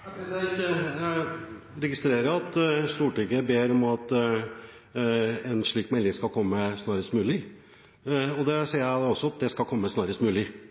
Jeg registrerer at Stortinget ber om at en slik melding skal komme snarest mulig, og jeg sier også at den skal komme snarest mulig.